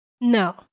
no